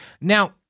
Now